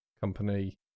company